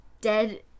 dead